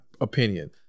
opinion